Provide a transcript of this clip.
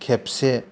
खेबसे